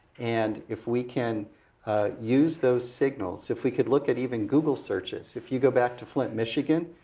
and if we can use those signals, if we could look at even google searches. if you go back to flint, michigan,